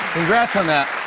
congrats on that.